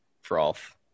froth